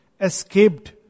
escaped